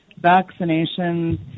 vaccinations